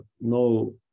no